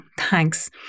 Thanks